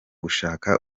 gushaka